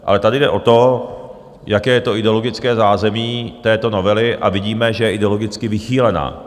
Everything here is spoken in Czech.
Ale tady jde o to, jaké je to ideologické zázemí této novely, a vidíme, že je ideologicky vychýlená.